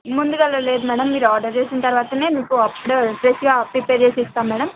ముందుగా లేదు మేడం మీరు ఆర్డర్ చేసిన తరువాతనే మీకు అప్పుడే ఫ్రెష్గా ప్రిపేర్ చేసి ఇస్తాం మేడం